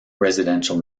residential